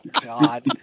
God